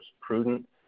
prudent